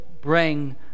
bring